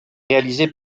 réalisé